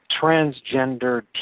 transgender